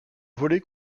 volée